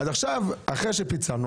אז אחרי שפיצלנו,